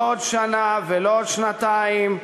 לא בעוד שנה ולא בעוד שנתיים,